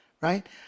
right